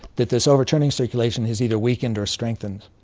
that this overturning circulation has either weakened or strengthened.